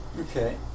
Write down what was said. Okay